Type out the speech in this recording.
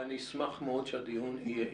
-- אשמח מאוד שהדיון יהיה ענייני.